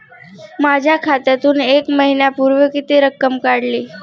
माझ्या खात्यातून एक महिन्यापूर्वी किती रक्कम काढली?